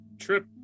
trip